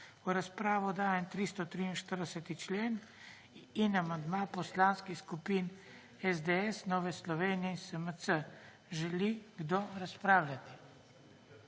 V razpravo dajem 343. člen in amandma Poslanskih skupin SDS, NSi in SMC. Želi kdo razpravljati?